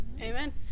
Amen